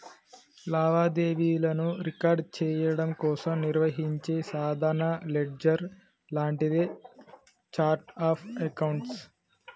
లావాదేవీలను రికార్డ్ చెయ్యడం కోసం నిర్వహించే సాధారణ లెడ్జర్ లాంటిదే ఛార్ట్ ఆఫ్ అకౌంట్స్